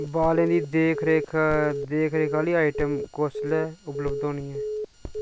बालें दी दिक्ख रिक्ख दिक्ख रिक्ख आह्ली आइटम कुसलै उपलब्ध होनी ऐ